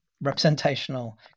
representational